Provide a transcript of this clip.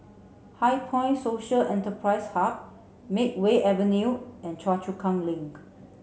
HighPoint Social Enterprise Hub Makeway Avenue and Chu Kang Link